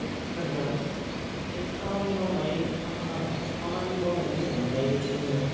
गोख्रों जागोन जों खामानि मावनाया आलादा खामानि मावनायनि अनगायै जोङो